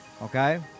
Okay